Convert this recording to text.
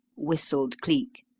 whistled cleek.